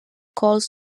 calls